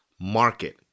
market